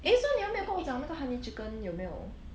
eh 所以你还没有跟我讲那个 honey chicken 有没有